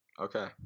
Okay